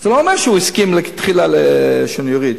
זה לא אומר שהוא הסכים מלכתחילה שאני אוריד,